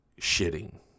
shitting